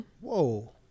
Whoa